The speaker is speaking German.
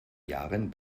jahren